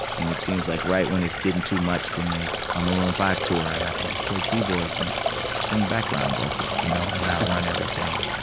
and it seems like right when it's getting too much, then there's a maroon five tour. and i can just play keyboards and sing background vocals, you know, and not run everything.